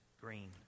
green